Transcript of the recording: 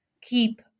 keep